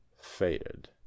faded